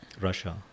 Russia